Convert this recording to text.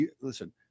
Listen